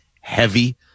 heavy